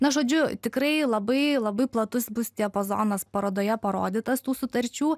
na žodžiu tikrai labai labai platus bus diapazonas parodoje parodytas tų sutarčių